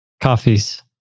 coffees